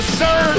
sir